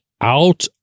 out